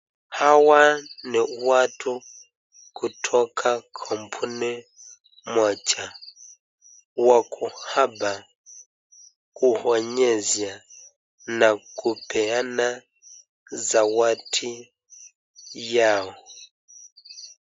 Hawa ni watu kutoka kampuni moja, wako hapa kuonyesha na kupeana zawadi yao.